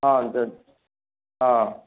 ହଁ ହଁ